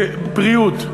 לבריאות,